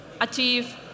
achieve